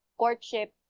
courtship